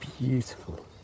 Beautiful